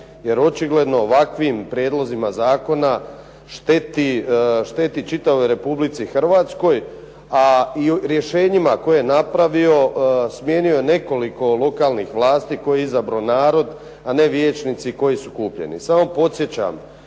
jer očigledno ovakvim prijedlozima zakona šteti čitavoj Republici Hrvatskoj, a i rješenjima koje je napravio, smijenio je nekoliko lokalnih vlasti koje je izabrao narod, a ne vijećnici koji su kupljeni.